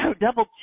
double